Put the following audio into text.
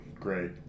Great